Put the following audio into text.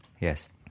Yes